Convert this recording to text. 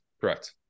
Correct